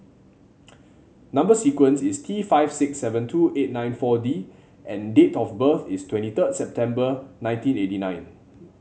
number sequence is T five six seven two eight nine four D and date of birth is twenty third September nineteen eighty nine